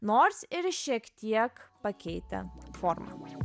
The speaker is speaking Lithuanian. nors ir šiek tiek pakeitę formą